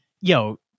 yo